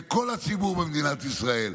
לכל הציבור במדינת ישראל: